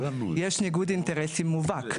יש ניגוד אינטרסים מובהק.